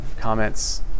Comments